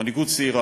מנהיגות צעירה,